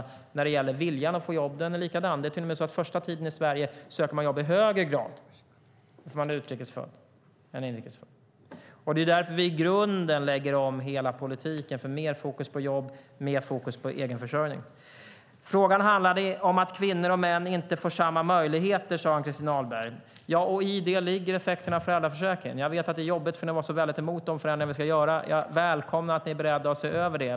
Viljan att få jobb är likadan. Det är till och med så att den som är utrikes född under den första tiden i Sverige söker jobb i högre grad än den som är född i Sverige. Det är därför som vi i grunden lägger om hela politiken med mer fokus på jobb och på egenförsörjning. Ann-Christin Ahlberg sade att frågan handlade om att kvinnor och män inte får samma möjligheter. I det ligger effekterna av föräldraförsäkringen. Jag vet att det är jobbigt eftersom ni var så emot de förändringar som vi ska göra. Jag välkomnar att ni är beredda att se över det.